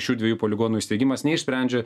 šių dviejų poligonų įsteigimas neišsprendžia